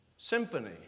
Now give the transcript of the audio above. Symphony